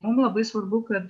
mum labai svarbu kad